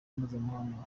mpuzamahanga